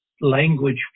language